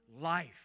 life